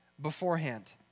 beforehand